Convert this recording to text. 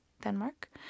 Denmark